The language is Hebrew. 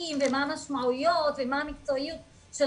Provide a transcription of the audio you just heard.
מבצעים ומה המשמעויות ומה המקצועיות של